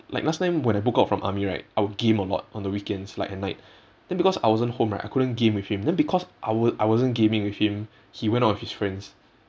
like last time when I book out from army right I would game a lot on the weekends like at night then because I wasn't home right I couldn't game with him then because I wa~ wasn't gaming with him he went out with his friends